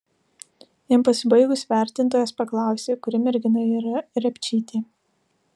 jam pasibaigus vertintojas paklausė kuri mergina yra repčytė